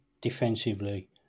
defensively